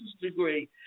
degree